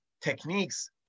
techniques